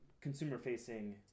consumer-facing